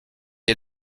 est